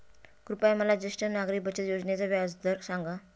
कृपया मला ज्येष्ठ नागरिक बचत योजनेचा व्याजदर सांगा